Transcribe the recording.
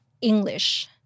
English